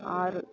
ஆறு